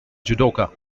judoka